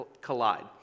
collide